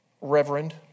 Reverend